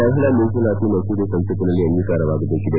ಮಹಿಳಾ ಮೀಸಲಾತಿ ಮಸೂದೆ ಸಂಸಕ್ಕಿನಲ್ಲಿ ಅಂಗೀಕಾರವಾಗಬೇಕಿದೆ